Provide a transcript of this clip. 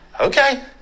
Okay